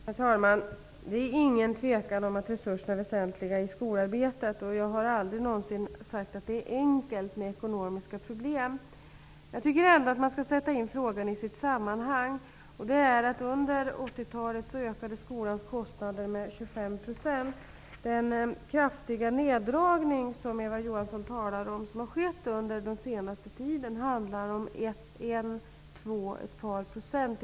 Herr talman! Det råder inte något tvivel om att resurserna är väsentliga i skolarbetet. Jag har aldrig någonsin sagt att det är enkelt att hantera ekonomiska problem. Jag tycker ändå att man skall sätta in frågan i dess sammanhang. Under 80-talet ökade nämligen skolans kostnader med 25 %. Den kraftiga neddragning som Eva Johansson talar om och som har skett under den senaste tiden handlar i värsta fall om ett par procent.